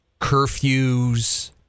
Curfews